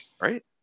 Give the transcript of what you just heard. right